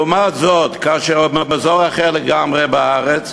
לעומת זאת, כאשר הוא מאזור אחרי לגמרי בארץ,